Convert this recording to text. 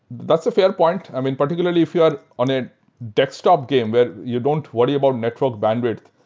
that's a fair point. i mean, particularly, if you are on a desktop game where you don't worry about network bandwidth.